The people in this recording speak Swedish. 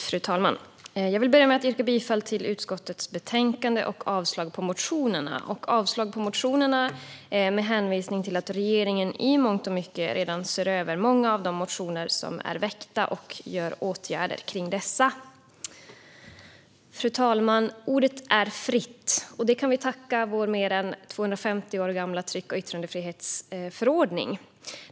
Fru talman! Jag vill börja med att yrka bifall till förslaget i utskottets betänkande och avslag på motionerna. Jag yrkar avslag på motionerna med hänvisning till att regeringen i mångt och mycket redan ser över många av de motioner som är väckta och vidtar åtgärder kring dessa. Fru talman! Ordet är fritt, och det kan vi tacka vår mer än 250 år gamla tryck och yttrandefrihetsförordning för.